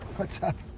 what's up?